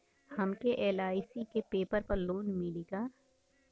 हमके एल.आई.सी के पेपर पर लोन मिली का?